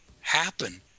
happen